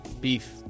beef